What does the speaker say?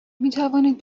میتوانید